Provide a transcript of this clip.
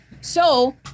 So-